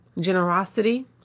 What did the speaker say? generosity